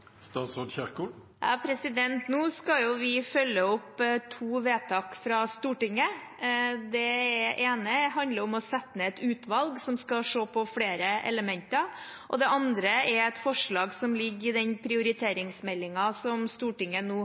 Nå skal vi følge opp to vedtak fra Stortinget. Det ene handler om å sette ned et utvalg som skal se på flere elementer, og det andre er et forslag som ligger i den prioriteringsmeldingen som Stortinget nå